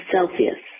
Celsius